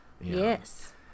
Yes